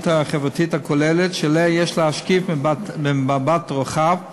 החברתית הכוללת שעליה יש להשקיף ממבט רוחב,